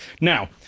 Now